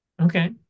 Okay